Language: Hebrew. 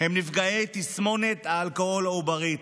הם נפגעי תסמונת האלכוהול העוברי.